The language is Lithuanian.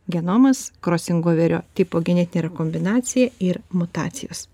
genomas krosingoverio tipo genetinė rekombinacija ir mutacijos